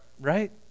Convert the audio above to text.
Right